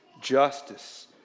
justice